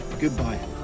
goodbye